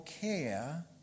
care